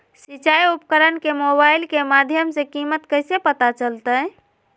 सिंचाई उपकरण के मोबाइल के माध्यम से कीमत कैसे पता चलतय?